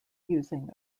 using